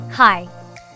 Hi